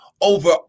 over